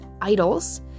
idols